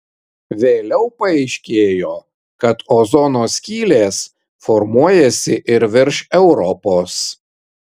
vėliau paaiškėjo kad ozono skylės formuojasi ir virš europos